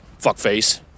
fuckface